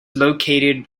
located